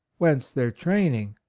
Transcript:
whence their training,